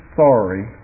sorry